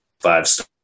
five-star